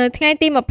នៅថ្ងៃទី២៤